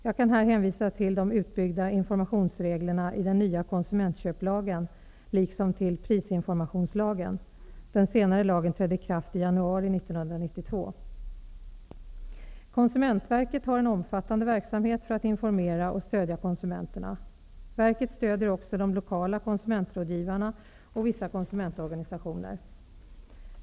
Jag kan här hänvisa till de utbyggda informationsreglerna i den nya konsumentköplagen , liksom till prisinformationslagen . Den senare lagen trädde i kraft i 1 januari 1992. Konsumentverket har en omfattande verksamhet för att informera och stödja konsumenterna. Verket stöder också de lokala konsumentrådgivarna och vissa konsumentorganisationer.